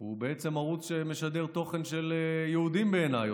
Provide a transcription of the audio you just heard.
הוא בעצם ערוץ שמשדר תוכן של יהודים, בעיניי.